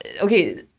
okay